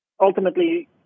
ultimately